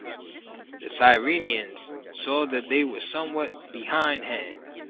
the cyrenians saw that they were somewhat behindhand,